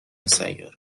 سیاره